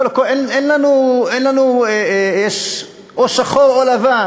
ויש או שחור או לבן.